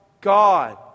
God